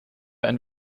ein